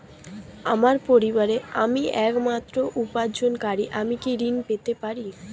আমার পরিবারের আমি একমাত্র উপার্জনকারী আমি কি ঋণ পেতে পারি?